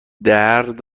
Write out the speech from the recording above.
درد